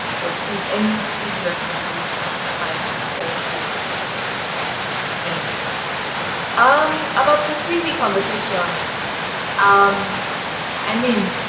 or please any cv recommendation sites will also be helpful thanks um about the cv conversation um i mean